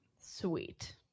Sweet